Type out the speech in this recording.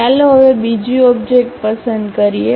ચાલો હવે બીજી ઓબ્જેક્ટ પસંદ કરીએ